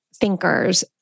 thinkers